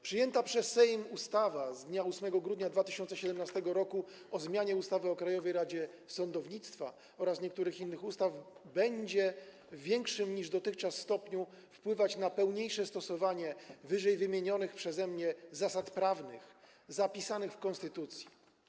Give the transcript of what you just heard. Przyjęta przez Sejm ustawa z dnia 8 grudnia 2017 r. o zmianie ustawy o Krajowej Radzie Sądownictwa oraz niektórych innych ustaw będzie w większym niż dotychczas stopniu wpływać na pełniejsze stosowanie ww. przeze mnie zasad prawnych zapisanych w konstytucji.